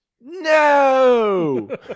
no